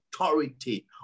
authority